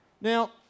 Now